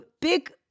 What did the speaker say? big